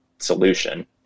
solution